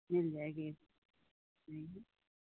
मिल जाएगी यहीं